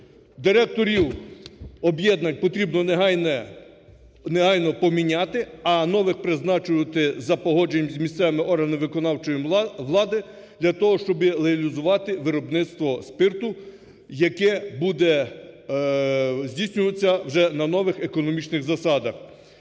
Директорів об'єднань потрібно негайно поміняти, а нових призначати за погодженням з місцевими органами виконавчої влади, для того щоб легалізувати виробництво спирту, яке буде здійснюватися вже на нових економічних засадах.